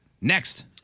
Next